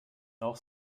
auch